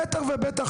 בטח ובטח,